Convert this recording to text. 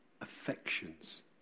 affections